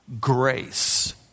grace